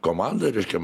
komanda reiškia